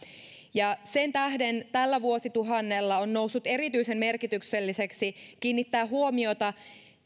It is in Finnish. ja sen tähden tällä vuosituhannella on noussut erityisen merkitykselliseksi kiinnittää huomiota